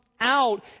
out